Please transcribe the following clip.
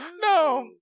No